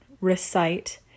recite